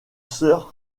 sœur